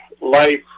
life